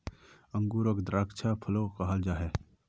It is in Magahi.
अन्गूरोक द्राक्षा फलो कहाल जाहा